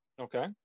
Okay